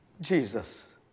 Jesus